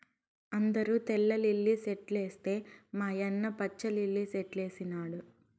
అందరూ తెల్ల లిల్లీ సెట్లేస్తే మా యన్న పచ్చ లిల్లి సెట్లేసినాడు